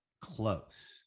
close